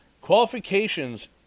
Qualifications